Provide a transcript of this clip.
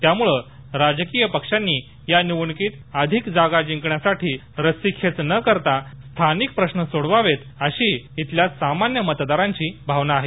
त्यामुळे राजकीय पक्षांनी या निवडणुकीत अधिक जागा जिंकण्यासाठी रस्सीखेच न करता स्थानिक प्रश्न सोडवावेत अशी इथल्या सामान्य मतदारांची भावना आहे